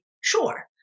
sure